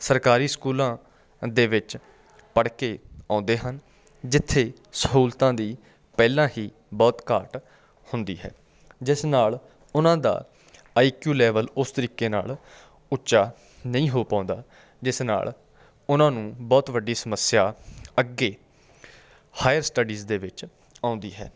ਸਰਕਾਰੀ ਸਕੂਲਾਂ ਦੇ ਵਿੱਚ ਪੜ੍ਹ ਕੇ ਆਉਂਦੇ ਹਨ ਜਿੱਥੇ ਸਹੂਲਤਾਂ ਦੀ ਪਹਿਲਾਂ ਹੀ ਬਹੁਤ ਘਾਟ ਹੁੰਦੀ ਹੈ ਜਿਸ ਨਾਲ ਉਹਨਾਂ ਦਾ ਆਈਕਿਊ ਲੈਵਲ ਉਸ ਤਰੀਕੇ ਨਾਲ ਉੱਚਾ ਨਹੀਂ ਹੋ ਪਾਉਂਦਾ ਜਿਸ ਨਾਲ ਉਹਨਾਂ ਨੂੰ ਬਹੁਤ ਵੱਡੀ ਸਮੱਸਿਆ ਅੱਗੇ ਹਾਇਅਰ ਸਟੱਡੀਜ਼ ਦੇ ਵਿੱਚ ਆਉਂਦੀ ਹੈ